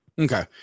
Okay